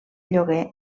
lloguer